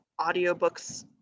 audiobooks